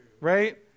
right